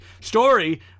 story